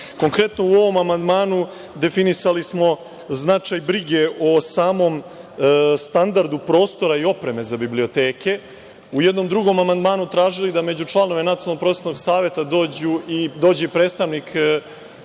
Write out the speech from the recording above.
Konkretno, u ovom amandmanu definisali smo značaj brige o samom standardu prostora i opreme za biblioteke. U jednom drugom amandmanu smo tražili da među članove Nacionalnog prosvetnog saveta dođe i predstavnik